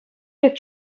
пек